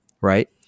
Right